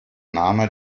name